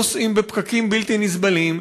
נוסעים בפקקים בלתי נסבלים,